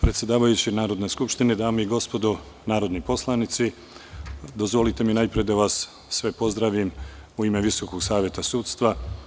Predsedavajući Narodne skupštine, dame i gospodo narodni poslanici, dozvolite mi najpre da vas sve pozdravim u ime Visokog saveta sudstva.